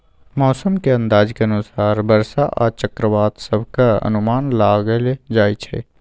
मौसम के अंदाज के अनुसार बरसा आ चक्रवात सभक अनुमान लगाइल जाइ छै